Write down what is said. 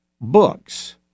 books